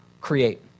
create